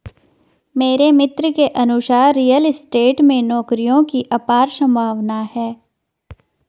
मेरे मित्र के अनुसार रियल स्टेट में नौकरियों की अपार संभावना है